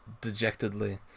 dejectedly